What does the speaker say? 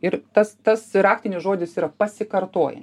ir tas tas raktinis žodis yra pasikartoja